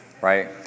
right